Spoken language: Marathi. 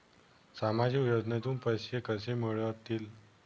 सामाजिक योजनेतून पैसे कसे मिळतील?